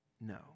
no